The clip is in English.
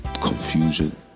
confusion